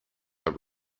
are